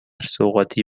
سوغاتی